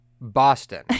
Boston